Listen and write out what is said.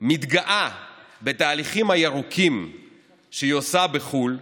מתגאה בתהליכים הירוקים שהיא עושה בחו"ל,